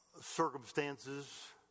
circumstances